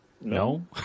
No